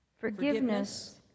Forgiveness